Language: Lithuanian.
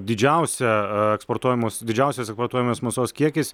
didžiausia eksportuojamos didžiausias importuojamos mėsos kiekis